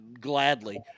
Gladly